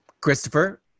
Christopher